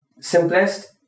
Simplest